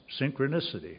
synchronicity